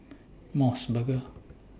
Mos Burger